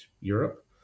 Europe